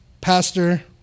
Pastor